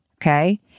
Okay